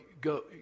go